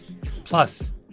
Plus